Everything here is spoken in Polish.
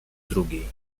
drugiej